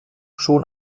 schon